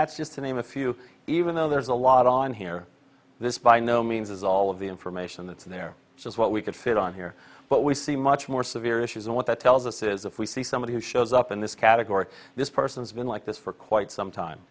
that's just to name a few even though there's a lot on here this by no means is all of the information that's in there which is what we could fit on here but we see much more severe issues and what that tells us is if we see somebody who shows up in this category this person has been like this for quite some time